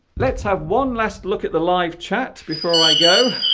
let's have one last look at the live chat before i go